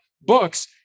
books